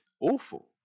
awful